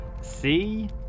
See